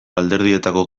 alderdietako